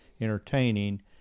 entertaining